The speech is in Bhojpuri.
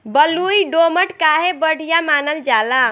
बलुई दोमट काहे बढ़िया मानल जाला?